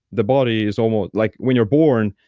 the body is almost like when you're born,